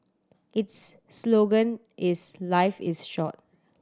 its slogan is life is short